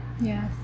Yes